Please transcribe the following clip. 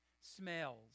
Smells